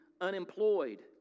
unemployed